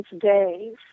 days